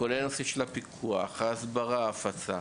כולל הנושאים של הפיקוח, של ההסברה ושל ההפצה.